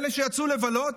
אלה שיצאו לבלות,